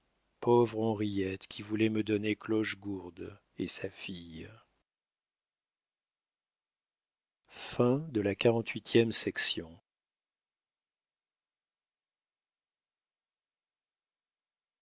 pauvre henriette qui voulait me donner clochegourde et sa fille